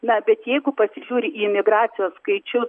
na bet jeigu pasižiūri į migracijos skaičius